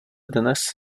dnes